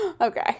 Okay